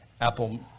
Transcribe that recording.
Apple